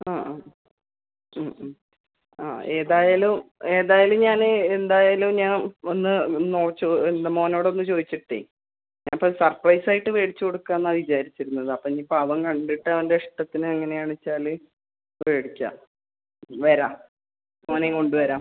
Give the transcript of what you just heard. ആ അ ഉം ഉം ആ ഏതായാലും ഏതായാലും ഞാന് എന്തായാലും ഞാ ഒന്ന് ചോ മോനോടൊന്ന് ചോദിച്ചിട്ടേ അപ്പം സർപ്രൈസായിട്ട് മേടിച്ച് കൊടുക്കാനാണ് വിചാരിച്ചിരുന്നത് അപ്പോൾ ഇനി ഇപ്പോൾ അവൻ കണ്ടിട്ട് അവന്റെ ഇഷ്ടത്തിന് എങ്ങനെ ആണെന്ന് വെച്ചാല് മേടിക്കാം വരാ മോനെയും കൊണ്ടുവരാം വരാ